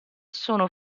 sono